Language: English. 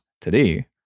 today